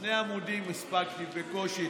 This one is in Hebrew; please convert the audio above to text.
שני עמודים הספקתי בקושי.